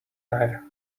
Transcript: tyre